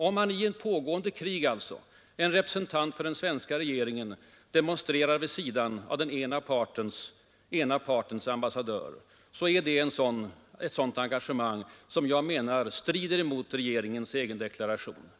Om alltså under ett pågående krig en representant för den svenska regeringen deltar i demonstration vid sidan av den ena partens ambassadör utgör det ett sådant engagemang som jag menar strider i varje fall mot regeringens egen deklaration.